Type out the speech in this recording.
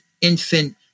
infant